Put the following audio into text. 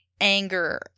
anger